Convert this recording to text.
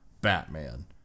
batman